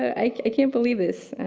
i can't believe this.